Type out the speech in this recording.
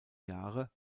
jahre